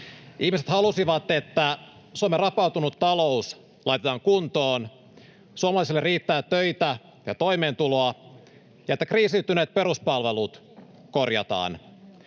Ihmiset halusivat, että Suomen rapautunut talous laitetaan kuntoon, suomalaisille riittää töitä ja toimeentuloa ja että kriisiytyneet peruspalvelut korjataan.